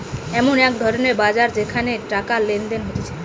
এমন এক ধরণের বাজার যেখানে টাকা লেনদেন হতিছে